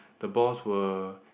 the boss will